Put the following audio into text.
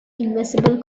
invisible